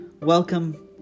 Welcome